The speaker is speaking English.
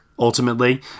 Ultimately